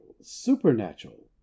supernatural